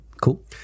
Cool